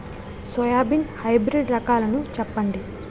Soybean hybrid రకాలను చెప్పండి?